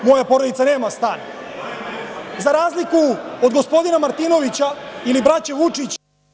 Moja porodica nema stan za razliku od gospodina Martinovića ili braće Vučić…